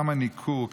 כמה ניכור,